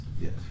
yes